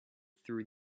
through